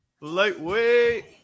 Lightweight